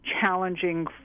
challenging